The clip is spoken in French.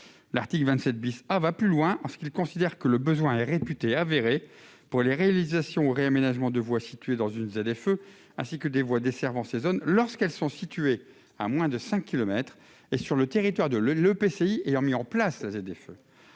L'article 27 A va plus loin en ce qu'il considère que le besoin est réputé avéré pour les réalisations ou réaménagements des voies situées dans une ZFE-m, ainsi que de celles qui desservent ces zones, lorsqu'elles sont situées à moins de cinq kilomètres et sur le territoire de l'EPCI ayant mis en place la ZFE-m.